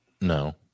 No